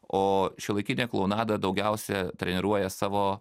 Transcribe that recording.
o šiuolaikinė klounada daugiausiai treniruoja savo